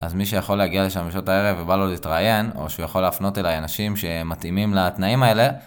אז מי שיכול להגיע לשם בשעות הערב ובא לו להתראיין, או שיכול להפנות אליי אנשים שמתאימים לתנאים האלה,